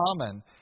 common